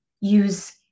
use